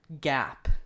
gap